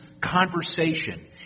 conversation